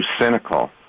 cynical